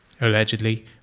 ...allegedly